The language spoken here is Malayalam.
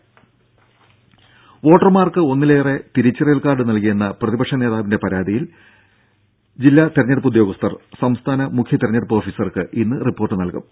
ദേദ വോട്ടർമാർക്ക് ഒന്നിലേറെ തിരിച്ചറിയൽ കാർഡ് നൽകിയെന്ന പ്രതിപക്ഷ നേതാവിന്റെ പരാതിയിൽ ജില്ലാ തെരഞ്ഞെടുപ്പ് ഉദ്യോഗസ്ഥർ സംസ്ഥാന മുഖ്യ തെരഞ്ഞെടുപ്പ് ഓഫീസർക്ക് ഇന്ന് റിപ്പോർട്ട് നൽകും